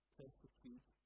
persecute